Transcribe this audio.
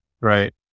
right